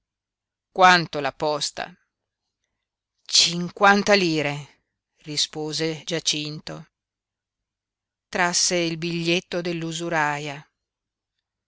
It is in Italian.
quanto la posta cinquanta lire rispose giacinto trasse il biglietto dell'usuraia